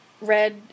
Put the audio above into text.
Red